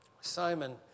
Simon